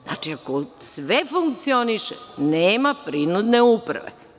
Znači, ako sve funkcioniše, nema prinudne uprave.